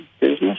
business